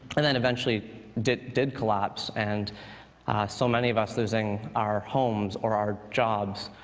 and then eventually did did collapse, and so many of us losing our homes, or our jobs,